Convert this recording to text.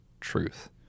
truth